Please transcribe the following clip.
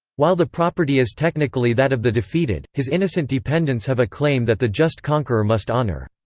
while the property is technically that of the defeated, his innocent dependents have a claim that the just conqueror must honour.